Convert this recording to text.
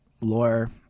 lore